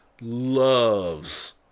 loves